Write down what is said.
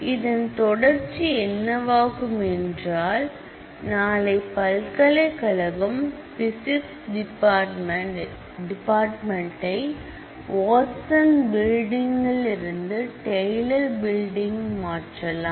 இதன் தொடர்ச்சி என்னவாகும் என்றால் நாளை பல்கலைக்கழகம் பிசிக்ஸ் டிபார்ட்மென்ட் வாட்சன் பில்டிங்கில் இருந்து டெய்லர் பில்டிங் மாற்றலாம்